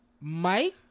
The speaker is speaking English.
Mike